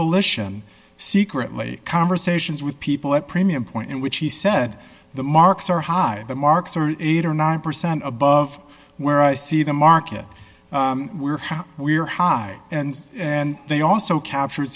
volition secretly conversations with people at premium point in which he said the marks are high marks are eight or nine percent above where i see the market we're how we're high and they also captured